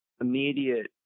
immediate